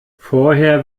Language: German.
vorher